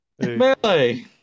Melee